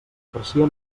aprecia